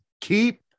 Keep